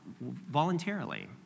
voluntarily